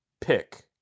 pick